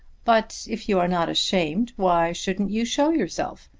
but if you are not ashamed, why shouldn't you show yourself?